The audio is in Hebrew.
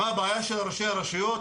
מה הבעיה היא של ראשי הרשויות?